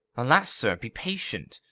alas, sir, be patient.